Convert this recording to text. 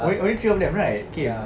only only three of them right came